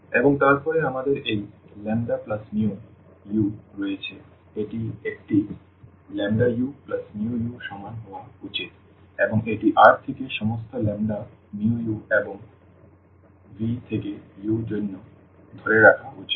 uvλuλv∀λ∈Randuv∈V এবং তারপরে আমাদের এই λμu রয়েছে তাহলে এটি uμu সমান হওয়া উচিত এবং এটি R থেকে সমস্ত ল্যাম্বডা mu এবং V থেকে u জন্য ধরে রাখা উচিত